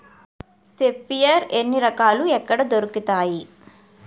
Sprayer ఎన్ని రకాలు? ఎక్కడ దొరుకుతాయి?